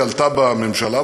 היא עלתה בממשלה,